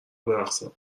برقصم